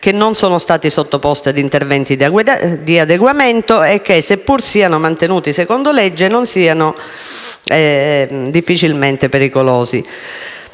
che non sono stati sottoposti a interventi di adeguamento e che, seppur siano manutenuti secondo la legge, sono pur sempre pericolosi.